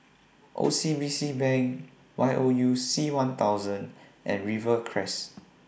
O C B C Bank Y O U C one thousand and Rivercrest